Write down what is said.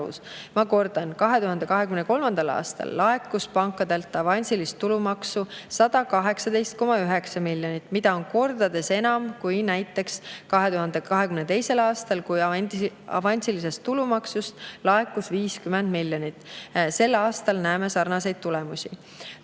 Ma kordan: 2023. aastal laekus pankadelt avansilist tulumaksu 118,9 miljonit, mida on kordades enam kui näiteks 2022. aastal, kui avansilisest tulumaksust laekus 50 miljonit. Sel aastal näeme sarnaseid tulemusi.